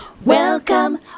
Welcome